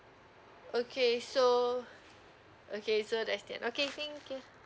okay so okay so that's the end okay thank you